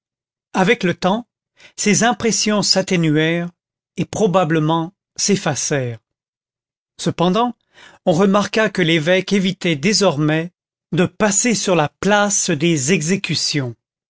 avec le temps ces impressions s'atténuèrent et probablement s'effacèrent cependant on remarqua que l'évêque évitait désormais de passer sur la place des exécutions